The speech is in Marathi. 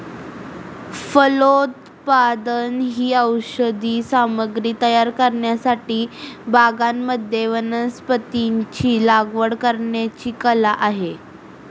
फलोत्पादन ही औषधी सामग्री तयार करण्यासाठी बागांमध्ये वनस्पतींची लागवड करण्याची कला आहे